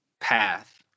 path